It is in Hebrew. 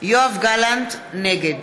נגד